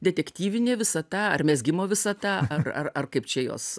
detektyvinė visata ar mezgimo visata ar ar ar kaip čia jos